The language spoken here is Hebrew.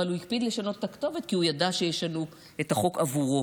אבל הוא הקפיד לשנות את הכתובת כי הוא ידע שישנו את החוק בעבורו.